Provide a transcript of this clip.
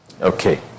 Okay